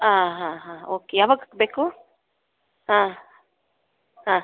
ಹಾಂ ಹಾಂ ಹಾಂ ಓಕೆ ಯಾವಾಗ ಬೇಕು ಹಾಂ ಹಾಂ